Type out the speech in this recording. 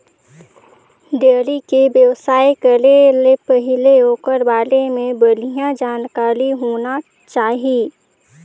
dairy के बेवसाय करे ले पहिले ओखर बारे में बड़िहा जानकारी होना चाही